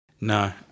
No